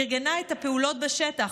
ארגנה את הפעולות בשטח,